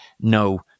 no